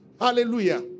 Hallelujah